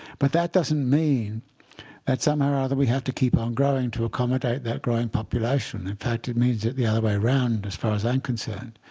but that doesn't mean that somehow or other we have to keep on growing to accommodate that growing population. in fact, it means it the other way around, as far as i'm concerned.